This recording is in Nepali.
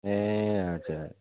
ए हजर